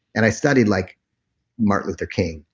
and i studied like martin luther king,